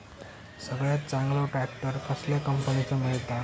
सगळ्यात चांगलो ट्रॅक्टर कसल्या कंपनीचो मिळता?